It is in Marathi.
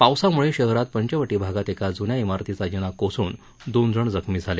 पावसामुळे शहरात पंचवटी भागात एका जुन्या शिरतीचा जिना कोसळून दोन जण जखमी झाले